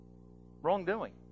Wrongdoing